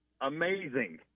amazing